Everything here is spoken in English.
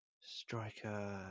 Striker